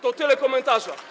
To tyle komentarza.